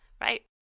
right